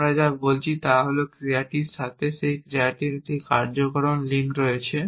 আমি যা বলছি তা হল এই ক্রিয়াটির সাথে এই ক্রিয়াটির একটি কার্যকারণ লিঙ্ক রয়েছে